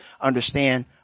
understand